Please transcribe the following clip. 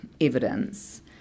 evidence